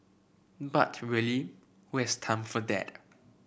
but really who has time for that